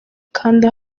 kanda